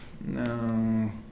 No